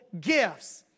gifts